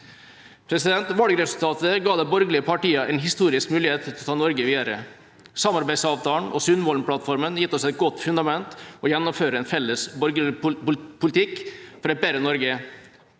Valgresultatet ga de borgerlige partiene en historisk mulighet til å ta Norge videre. Samarbeidsavtalen og Sundvolden-plattformen har gitt oss et godt fundament for å gjennomføre en felles, borgerlig politikk for et bedre Norge.